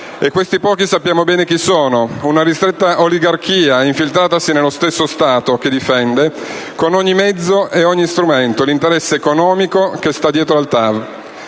questi pochi sappiamo bene chi sono: una ristretta oligarchia infiltratasi nel nostro Stato che difende, con ogni mezzo e strumento, l'interesse economico che sta dietro al TAV.